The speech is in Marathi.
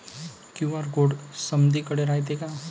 क्यू.आर कोड समदीकडे रायतो का?